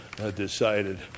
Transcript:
Decided